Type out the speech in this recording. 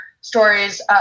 stories